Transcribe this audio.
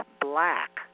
black